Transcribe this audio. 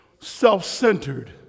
self-centered